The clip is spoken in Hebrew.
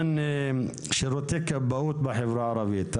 לשירותי הכבאות בחברה הערבית.